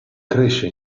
cresce